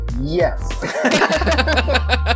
yes